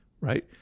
right